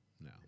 No